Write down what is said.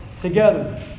together